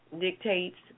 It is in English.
dictates